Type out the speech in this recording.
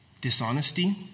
Dishonesty